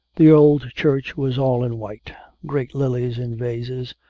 the old church was all in white great lilies in vases,